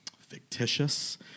fictitious